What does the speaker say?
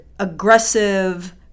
aggressive